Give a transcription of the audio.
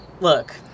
Look